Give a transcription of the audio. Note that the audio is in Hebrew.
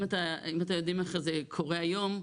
אם אתם יודעים איך זה קורה היום,